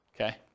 okay